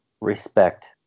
respect